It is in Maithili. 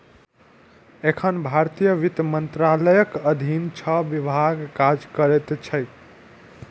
एखन भारतीय वित्त मंत्रालयक अधीन छह विभाग काज करैत छैक